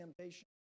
temptation